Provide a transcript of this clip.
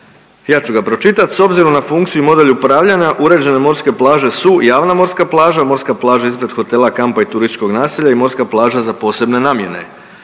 ja ću ga propitat: „S obzirom na funkciju i model upravljanja uređene morske plaže su javna morska plaža, morska plaža ispred hotela, kampa i turističkog naselja i morska plaža za posebne namjene“,